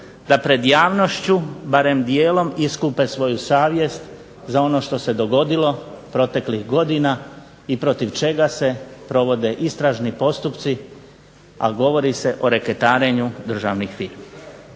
da pred javnošću barem dijelom iskupe svoju savjest za ono što se dogodilo proteklih godina i protiv čega se provode istražni postupci, a govori se o reketarenju državnih firmi.